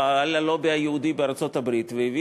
פעל הלובי היהודי בארצות-הברית והביא